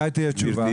מתי תהיה תשובה?